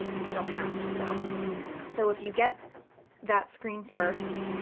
you don't have to though so, if you get that screen first,